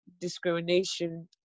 discrimination